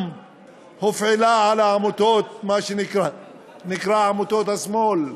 הופעלו גם על העמותות, מה שנקרא עמותות השמאל.